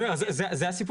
אז אני אומר, זה הסיפור.